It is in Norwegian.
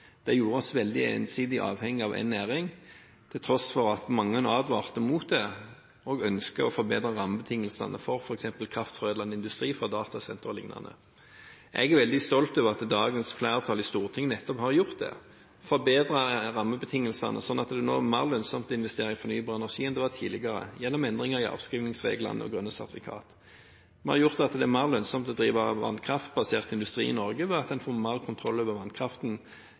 Det gjorde oss veldig ensidig avhengig av én næring, til tross for at mange advarte mot det og ønsket å forbedre rammebetingelsene for f.eks. kraftforedlende industri fra datasentre o.l. Jeg er veldig stolt over at dagens flertall i Stortinget nettopp har gjort det – forbedret rammebetingelsene sånn at det nå er mer lønnsomt å investere i fornybar energi enn det var tidligere, gjennom endringer i avskrivningsreglene og grønne sertifikat. Vi har gjort at det er mer lønnsomt å drive vannkraftbasert industri i Norge ved at man får mer kontroll over vannkraften,